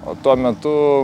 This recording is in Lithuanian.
o tuo metu